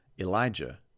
Elijah